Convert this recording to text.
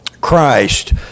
Christ